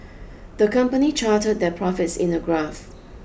the company charted their profits in a graph